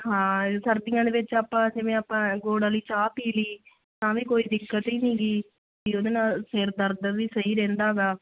ਹਾਂ ਸਰਦੀਆਂ ਦੇ ਵਿੱਚ ਆਪਾਂ ਜਿਵੇਂ ਆਪਾਂ ਗੁੜ ਵਾਲੀ ਚਾਹ ਪੀ ਲਈ ਤਾਂ ਵੀ ਕੋਈ ਦਿੱਕਤ ਹੀ ਨਹੀਂ ਗੀ ਉਹਦੇ ਨਾਲ ਸਿਰ ਦਰਦ ਵੀ ਸਹੀ ਰਹਿੰਦਾ ਗਾ